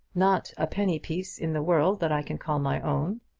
not a penny-piece in the world that i can call my own.